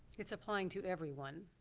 it's applying to everyone,